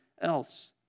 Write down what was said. else